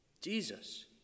Jesus